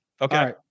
Okay